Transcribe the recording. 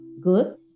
good